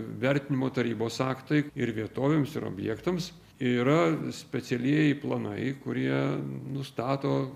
vertinimo tarybos aktai ir vietovėms ir objektams yra specialieji planai kurie nustato